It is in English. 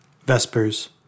Vespers